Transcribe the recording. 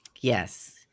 Yes